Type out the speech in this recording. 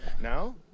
Now